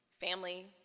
Family